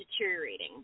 deteriorating